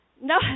no